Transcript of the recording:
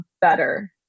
better